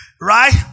Right